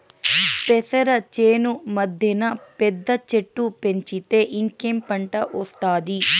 పెసర చేను మద్దెన పెద్ద చెట్టు పెంచితే ఇంకేం పంట ఒస్తాది